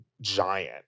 giant